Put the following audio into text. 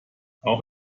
auch